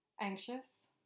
anxious